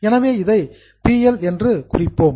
எனவே இதை P L என்று குறிப்போம்